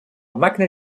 máquina